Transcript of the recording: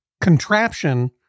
contraption